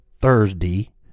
thursday